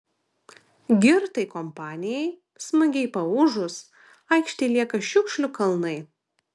girtai kompanijai smagiai paūžus aikštėj lieka šiukšlių kalnai